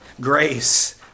Grace